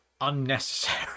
unnecessary